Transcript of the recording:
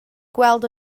gweld